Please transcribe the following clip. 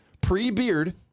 pre-beard